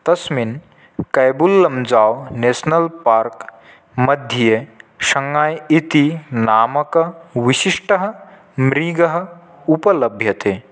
तस्मिन् Keibul Lamjao national park मध्ये शङाय् इति नामकविशिष्टः मृगः उपलभ्यते